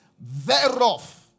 thereof